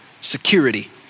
security